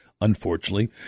unfortunately